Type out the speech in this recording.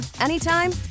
anytime